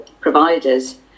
providers